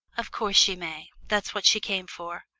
of course she may that's what she came for,